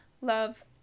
Love